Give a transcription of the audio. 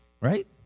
Right